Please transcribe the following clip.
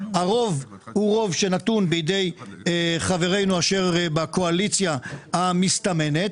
הרוב הוא רוב שנתון בידי חברינו בקואליציה המסתמנת.